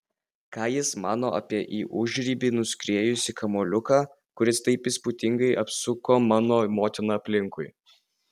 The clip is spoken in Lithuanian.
ką jis mano apie į užribį nuskriejusi kamuoliuką kuris taip įspūdingai apsuko mano motiną aplinkui